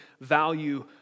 value